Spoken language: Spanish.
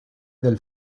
del